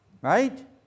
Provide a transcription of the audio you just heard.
Right